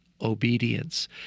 obedience